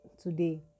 today